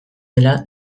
dela